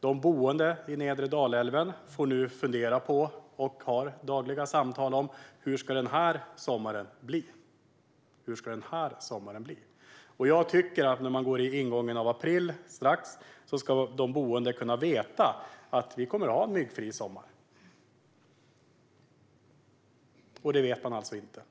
De boende vid nedre Dalälven får nu fundera på hur denna sommar ska bli och har dagliga samtal om det. När vi nu snart går in i april ska de boende kunna veta att de kommer att ha en myggfri sommar. Men det vet de alltså inte.